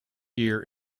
year